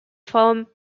from